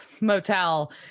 motel